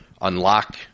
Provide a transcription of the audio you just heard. unlock